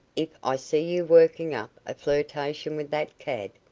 if i see you working up a flirtation with that cad.